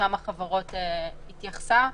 החברות התייחסה.